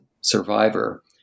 survivor